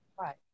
right